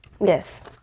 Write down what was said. Yes